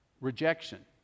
Rejection